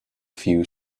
few